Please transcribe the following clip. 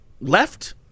left